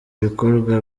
ibikorwa